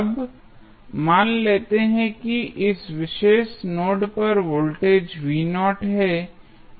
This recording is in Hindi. अब मान लेते हैं कि इस विशेष नोड पर वोल्टेज है